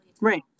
right